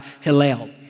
Hillel